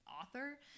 author